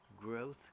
Growth